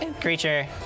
Creature